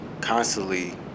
constantly